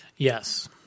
Yes